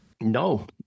No